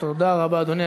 תודה רבה, אדוני.